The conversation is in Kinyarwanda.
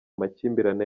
makimbirane